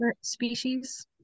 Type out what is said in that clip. species